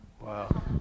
Wow